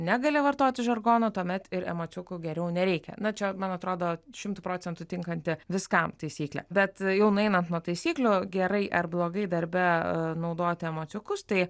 negali vartoti žargono tuomet ir emociukų geriau nereikia na čia man atrodo šimtu procentų tinkanti viskam taisyklė bet jau nueinant nuo taisyklių gerai ar blogai darbe naudoti emociukus tai